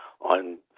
on